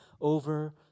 over